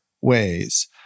ways